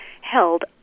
held